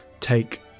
take